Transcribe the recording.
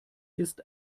ist